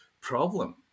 problem